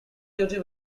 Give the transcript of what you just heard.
duty